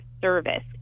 service